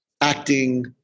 acting